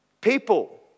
People